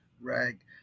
rag